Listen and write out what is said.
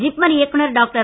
ஜிப்மர் இயக்குநர் டாக்டர்